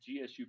GSU